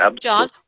John